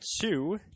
two